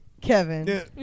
Kevin